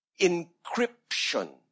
encryption